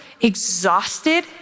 exhausted